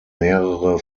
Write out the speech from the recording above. mehrere